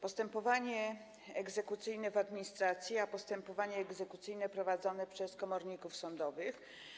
Postępowanie egzekucyjne w administracji a postępowanie egzekucyjne prowadzone przez komorników sądowych.